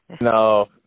No